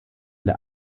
der